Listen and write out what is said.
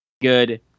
good